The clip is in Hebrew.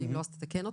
אם לא, אז תתקן אותי,